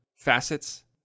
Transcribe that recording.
Facets